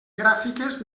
gràfiques